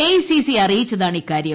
AIC അറിയിച്ചതാണ് ഇക്കാര്യം